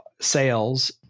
sales